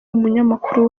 umunyamakuru